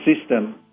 system